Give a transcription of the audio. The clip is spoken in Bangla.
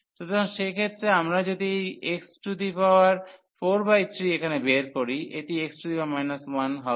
সুতরাং সেক্ষেত্রে আমরা যদি এই x43 এখানে বের করি এটি x 1 হবে